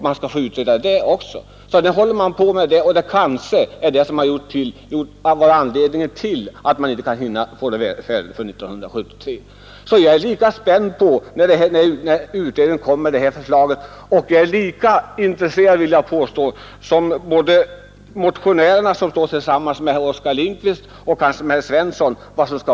Nu håller man på att utreda detta, vilket kanske är anledningen till att man inte kan hinna få utredningen färdig förrän 1973. Jag vill påstå att jag är lika intresserad av vad som skall komma sedan som herr Lindkvist och hans medmotionärer och kanske även herr Svensson i Malmö är.